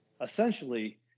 essentially